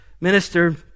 minister